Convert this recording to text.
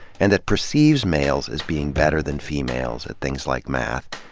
and that perceives males as being better than females at things like math,